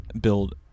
build